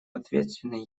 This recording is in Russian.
ответственный